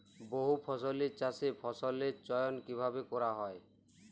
বহুফসলী চাষে ফসলের চয়ন কীভাবে করা হয়?